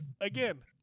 Again